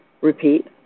repeat